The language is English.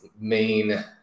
main